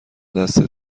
دست